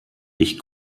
ich